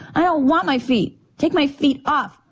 i don't want my feet. take my feet off.